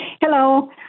Hello